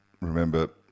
remember